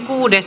asia